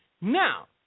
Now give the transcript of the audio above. Now